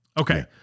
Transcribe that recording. Okay